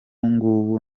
ngubu